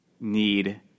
need